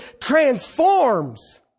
transforms